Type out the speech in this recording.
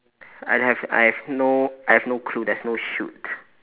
I have I have no I have no clue there's no shoot